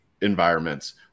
environments